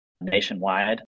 nationwide